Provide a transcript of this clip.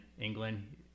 england